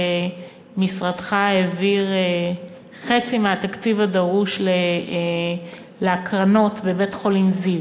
שמשרדך העביר חצי מהתקציב הדרוש להקרנות בבית-חולים זיו.